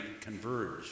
converge